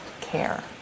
care